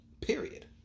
Period